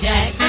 Jack